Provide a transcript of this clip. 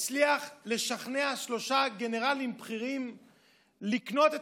הצליח לשכנע שלושה גנרלים בכירים לקנות את